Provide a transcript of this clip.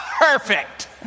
Perfect